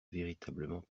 véritablement